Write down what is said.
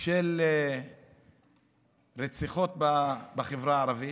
של רציחות בחברה הערבית,